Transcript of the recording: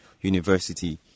University